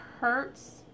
hurts